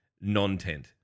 non-tent